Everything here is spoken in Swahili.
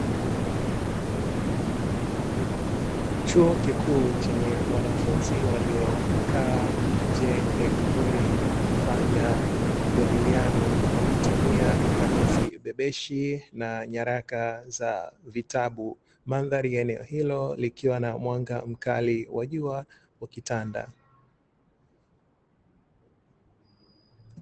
Chuo kikuu chenye wanafunzi waliokaa nje ya kivuli na kufanya majadiliano, wakitumia ngamizi bebeshi na nyaraka za vitabu, mandhari ya eneo hilo, likiwa na mwanga mkali wa jua ukitanda.